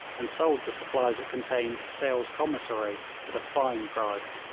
and sold the supplies it contained to sale's commissary at a fine price.